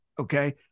Okay